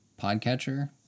Podcatcher